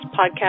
podcast